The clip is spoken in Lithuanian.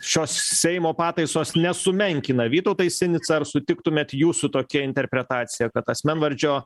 šios seimo pataisos nesumenkina vytautai sinica ar sutiktumėt jūsų tokia interpretacija kad asmenvardžio